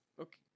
okay